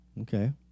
Okay